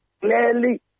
clearly